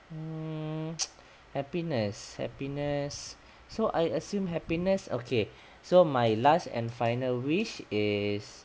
hmm happiness happiness so I assume happiness okay so my last and final wish is